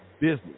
business